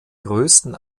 größten